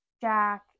jack